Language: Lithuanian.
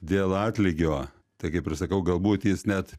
dėl atlygio tai kaip ir sakau galbūt jis net